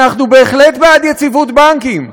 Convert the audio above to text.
אנחנו בהחלט בעד יציבות בנקים,